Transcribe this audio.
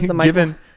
given